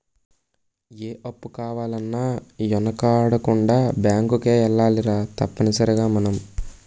ఏ అప్పు కావాలన్నా యెనకాడకుండా బేంకుకే ఎల్లాలిరా తప్పనిసరిగ మనం